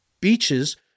beaches